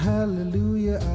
Hallelujah